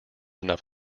enough